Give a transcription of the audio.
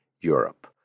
Europe